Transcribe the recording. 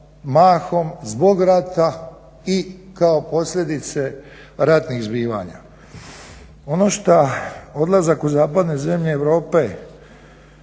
mahom zbog rata i kao posljedice ratnih zbivanja. Ono šta odlazak u zapadne zemlje Europe